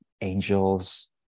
angels